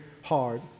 hard